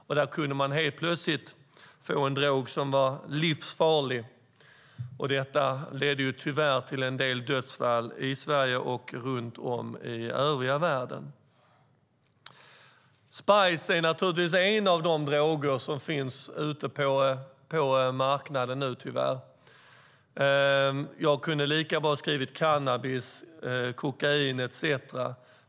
Därför kunde man helt plötsligt få en drog som var livsfarlig, vilket tyvärr ledde till en del dödsfall i Sverige och runt om i övriga världen. Spice är en av de droger som finns ute på marknaden. Jag kunde lika bra ha tagit upp cannabis, kokain etcetera.